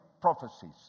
prophecies